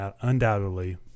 undoubtedly